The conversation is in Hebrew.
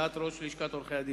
על דעת ראש לשכת עורכי-הדין.